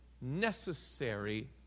necessary